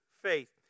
faith